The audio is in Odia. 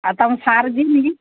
ଆଉ ତୁମ ସାର୍